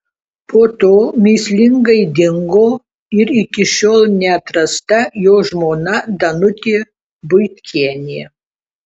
po to mįslingai dingo ir iki šiol neatrasta jo žmona danutė buitkienė